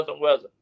weather